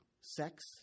sex